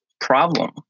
problem